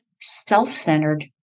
self-centered